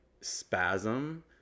spasm